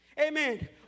Amen